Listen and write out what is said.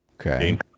Okay